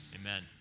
amen